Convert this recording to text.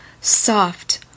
Soft